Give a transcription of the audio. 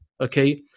okay